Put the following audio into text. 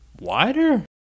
wider